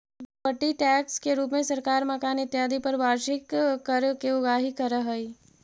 property tax के रूप में सरकार मकान इत्यादि पर वार्षिक कर के उगाही करऽ हई